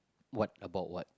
what about what